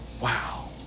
wow